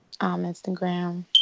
Instagram